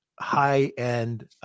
high-end